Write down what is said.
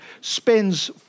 spends